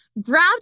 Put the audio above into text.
grabbed